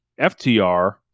FTR